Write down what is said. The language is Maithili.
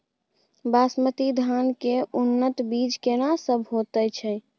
बासमती धान के उन्नत बीज केना सब होयत छै?